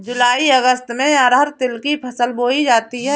जूलाई अगस्त में अरहर तिल की फसल बोई जाती हैं